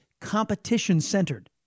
competition-centered